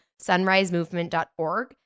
sunrisemovement.org